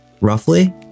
roughly